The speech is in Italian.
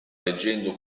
leggendo